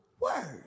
word